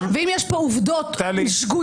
ואם יש פה עובדות שגויות,